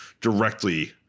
directly